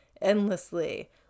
endlessly